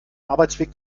arbeitsweg